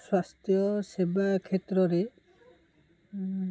ସ୍ୱାସ୍ଥ୍ୟ ସେବା କ୍ଷେତ୍ରରେ